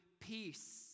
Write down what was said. peace